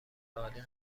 عالی